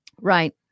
right